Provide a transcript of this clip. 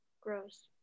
Gross